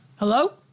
Hello